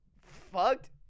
fucked